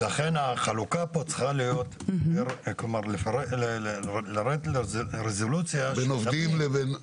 לכן החלוקה פה צריכה להיות לרדת לרזולוציה בין מי?